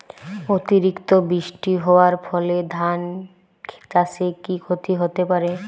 অতিরিক্ত বৃষ্টি হওয়ার ফলে ধান চাষে কি ক্ষতি হতে পারে?